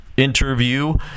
Interview